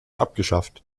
abgeschafft